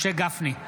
משה גפני,